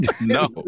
No